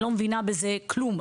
אני לא מבינה בזה כלום,